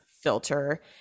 filter